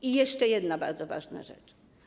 I jeszcze jedna bardzo ważna rzecz.